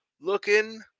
looking